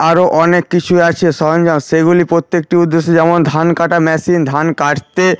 আরও অনেক কিছুই আছে সরঞ্জাম সেগুলি প্রত্যেকটির উদ্দেশ্য যেমন ধান কাটার মেশিন ধান কাটতে